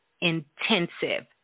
intensive